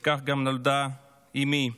וכך גם נולדה אימי.